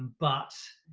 but,